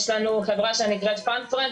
יש לנו שחברה נקראת 'פאנפראט'.